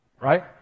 Right